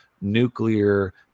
nuclear